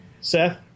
Seth